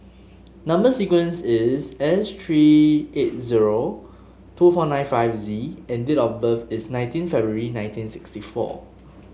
number sequence is S three eight zero two four nine five Z and date of birth is nineteen February nineteen sixty four